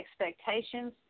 expectations